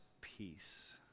peace